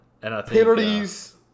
Penalties